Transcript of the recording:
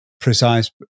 precise